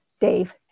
Dave